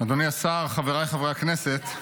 אדוני השר, חבריי חברי הכנסת,